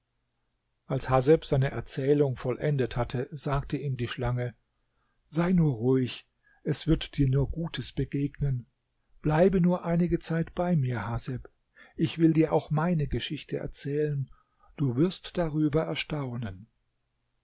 als haseb seine erzählung vollendet hatte sagte ihm die schlange sei nur ruhig es wird dir nur gutes begegnen bleibe nur einige zeit bei mir haseb ich will dir auch meine geschichte erzählen du wirst darüber erstaunen